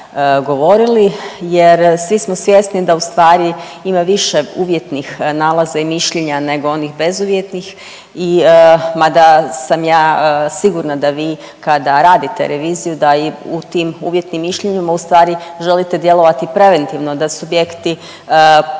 govorili jer svi smo svjesni da ustvari ima više uvjetnih nalaza i mišljenja nego onih bezuvjetnih i mada sam ja sigurna da vi kada radite reviziju da i u tim uvjetnim mišljenjima ustvari želite djelovati preventivno da subjekti